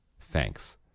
Thanks